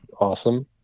awesome